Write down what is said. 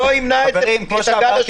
אנחנו לא צריכים כדורגל בשביל זה.